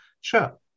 Sure